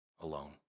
alone